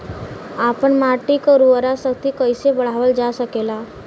आपन माटी क उर्वरा शक्ति कइसे बढ़ावल जा सकेला?